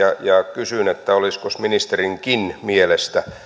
kysyn olisikos ministerinkin mielestä